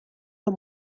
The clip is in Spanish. los